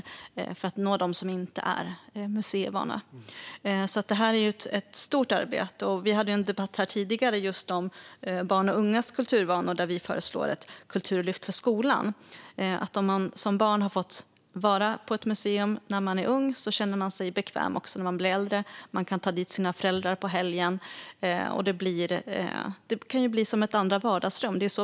Det handlar om att nå dem som inte är museivana. Detta är ett stort arbete. Vi hade en debatt här tidigare om barns och ungas kulturvanor, och där föreslår vi ett kulturlyft för skolan. Om man har fått vara på ett museum när man är ung känner man sig bekväm där även när man blir äldre. Man kan ta dit sina föräldrar på helgen, och det kan bli som ett andra vardagsrum.